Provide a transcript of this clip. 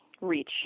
reach